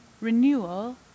renewal